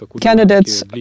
candidates